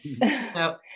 no